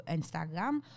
Instagram